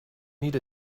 need